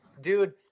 Dude